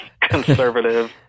conservative